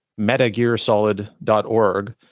metagearsolid.org